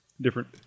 Different